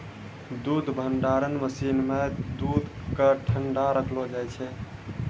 दूध भंडारण मसीन सें दूध क ठंडा रखलो जाय छै